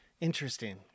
Interesting